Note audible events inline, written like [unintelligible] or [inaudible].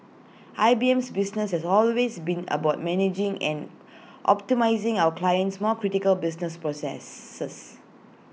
I B M [unintelligible] business has always been about managing and optimising our clients more critical business process [unintelligible]